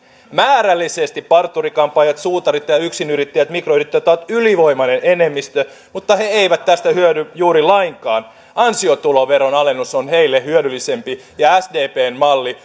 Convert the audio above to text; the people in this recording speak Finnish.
määrällisesti parturi kampaajat suutarit ja yksinyrittäjät mikroyrittäjät ovat ylivoimainen enemmistö mutta he eivät tästä hyödy juuri lainkaan ansiotuloveron alennus on heille hyödyllisempi ja sdpn